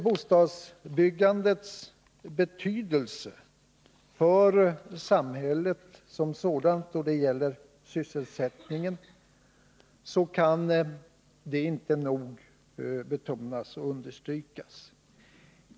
Bostadsbyggandets betydelse för samhället som sådant och då det gäller sysselsättningen kan inte nog betonas och understrykas.